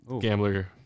gambler